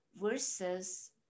versus